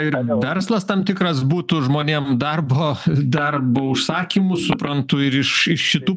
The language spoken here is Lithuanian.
ir verslas tam tikras būtų žmonėm darbo darbo užsakymų suprantu ir iš iš šitų